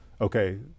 okay